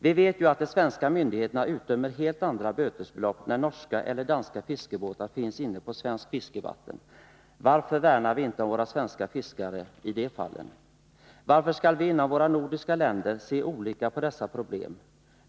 Vi vet ju att de svenska myndigheterna utdömer helt andra bötesbelopp när norska eller danska fiskebåtar finns inne på svenskt fiskevatten. Varför värnar vi inte om våra svenska fiskare i de fallen? Varför skall vi inom de nordiska länderna se olika på dessa problem?